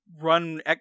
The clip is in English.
run